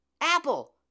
Apple